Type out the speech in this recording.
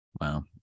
Wow